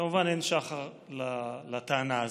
כמובן שאין שחר לטענה הזאת,